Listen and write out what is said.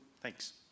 thanks